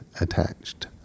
attached